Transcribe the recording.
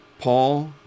Paul